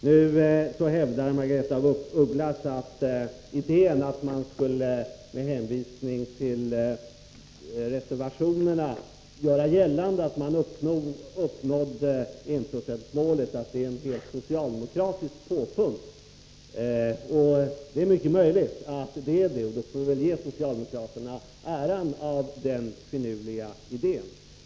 Nu hävdade Margaretha af Ugglas att idén att man med hänvisning till reservationerna skulle göra gällande att enprocentsmålet uppnås är ett socialdemokratiskt påfund. Det är mycket möjligt att det är så, och då får vi väl ge socialdemokraterna äran av den finurliga idén.